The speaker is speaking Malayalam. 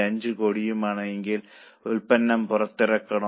5 കോടിയുമാണെങ്കിൽ ഉൽപ്പന്നം പുറത്തിറക്കണോ